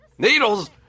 Needles